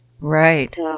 Right